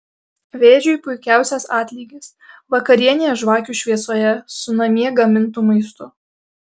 vėžiui puikiausias atlygis vakarienė žvakių šviesoje su namie gamintu maistu